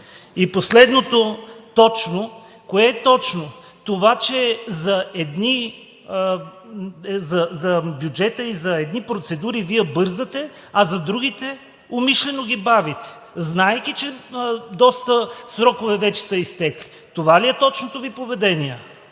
И последното – точно. Кое е точно? Това, че за бюджета и за едни процедура Вие бързате, а другите умишлено ги бавите, знаейки, че доста срокове вече са изтекли. Това ли е точното Ви поведение?